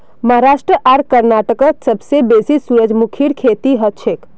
महाराष्ट्र आर कर्नाटकत सबसे बेसी सूरजमुखीर खेती हछेक